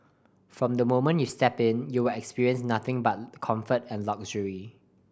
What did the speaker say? from the moment you step in you will experience nothing but comfort and luxury